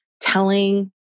telling